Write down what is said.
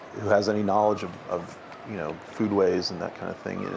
has any knowledge of of you know food ways and that kind of thing,